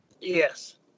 Yes